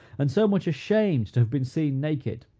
and so much ashamed to have been seen naked,